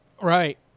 Right